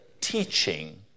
teaching